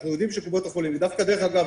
אנחנו יודעים שקופות החולים דווקא דרך אגב,